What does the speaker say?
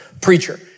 preacher